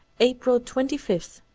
april twenty five,